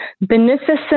beneficent